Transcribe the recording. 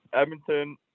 Edmonton